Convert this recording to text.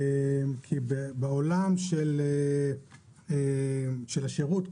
בעולם של השירות,